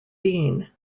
dean